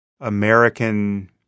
American